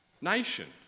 nation